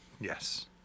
Yes